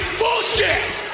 bullshit